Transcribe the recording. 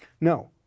No